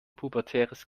pubertäres